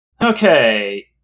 okay